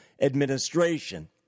administration